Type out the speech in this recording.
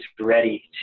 ready